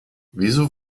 wieso